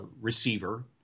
receiver